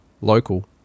local